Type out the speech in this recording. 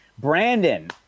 Brandon